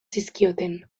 zizkioten